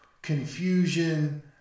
confusion